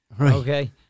Okay